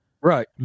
Right